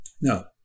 Now